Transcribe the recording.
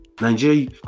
Nigeria